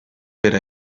per